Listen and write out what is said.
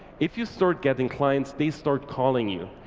if you start getting clients, they start calling you,